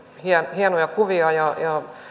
hienoja kuvia ja ja